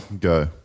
Go